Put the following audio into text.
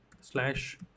slash